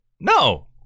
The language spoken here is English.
no